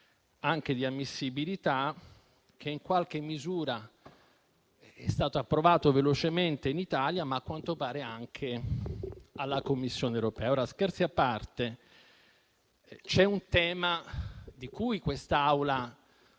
anche di ammissibilità e che in qualche misura è stato approvato velocemente in Italia, ma a quanto pare anche dalla Commissione europea. Scherzi a parte, c'è un tema di cui quest'Assemblea